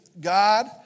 God